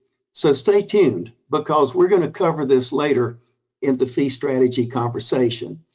so stay tuned because we're gonna cover this later in the fee strategy conversation.